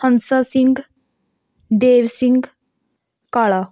Hansa Singh Dev Singh Kala